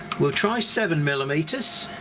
we'll try seven millimeters,